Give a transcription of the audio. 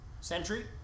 Sentry